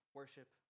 worship